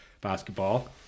basketball